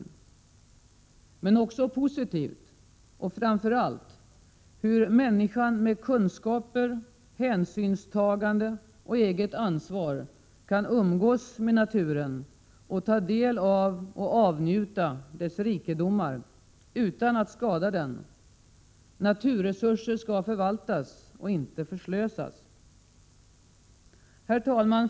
Men det finns också positiva sidor, framför allt hur människan med kunskaper, hänsynstagande och eget ansvar kan umgås med naturen och ta del av och avnjuta dess rikedomar utan att skada den. Naturresurser skall förvaltas och inte förslösas. Herr talman!